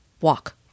walk